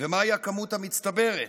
ומהי הכמות המצטברת.